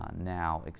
Now